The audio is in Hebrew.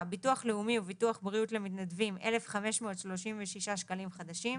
ביטוח לאומי וביטוח בריאות למתנדבים - 1,536 שקלים חדשים.